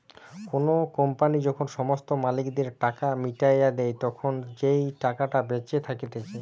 কোনো কোম্পানি যখন সমস্ত মালিকদের টাকা মিটাইয়া দেই, তখন যেই টাকাটা বেঁচে থাকতিছে